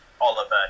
Oliver